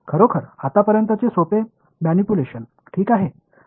खरोखर आतापर्यंतचे सोपे मॅनिप्युलेशन ठीक आहे